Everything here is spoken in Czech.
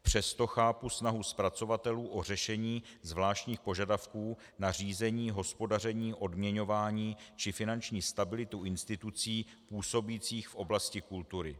Přesto chápu snahu zpracovatelů o řešení zvláštních požadavků na řízení, hospodaření, odměňování či finanční stabilitu institucí působících v oblasti kultury.